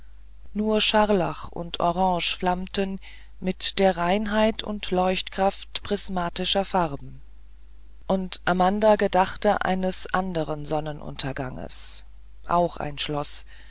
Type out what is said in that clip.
nur scharlach und orange flammten mit der reinheit und leuchtkraft prismatischer farben und amanda gedachte eines anderen sonnenunterganges auch ein schloß